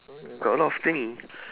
story I got a lot of thing